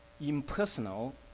impersonal